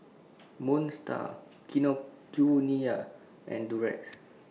Moon STAR Kinokuniya and Durex